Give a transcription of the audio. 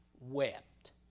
wept